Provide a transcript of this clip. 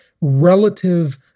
relative